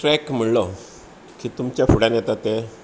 track म्हळ्ळो की तुमच्या फुड्यांत येता ते